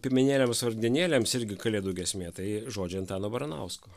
piemenėliams vargdienėliam irgi kalėdų giesmė tai žodžiai antano baranausko